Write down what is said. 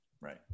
Right